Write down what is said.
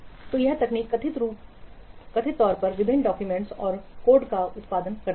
तो यह तकनीक कथित तौर पर विभिन्न डाक्यूमेंट्स और कोड का उत्पादन करती है